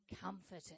comforted